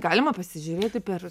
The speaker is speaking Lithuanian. galima pasižiūrėti per